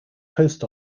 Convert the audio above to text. post